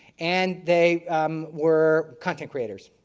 and, they were content creators.